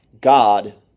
God